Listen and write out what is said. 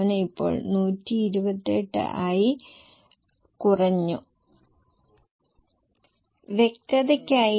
variable ഭാഗത്തിനും ഇതേ നിയമം ബാധകമാണ്